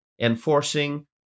enforcing